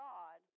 God